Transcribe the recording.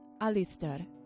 Alistair